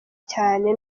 cyane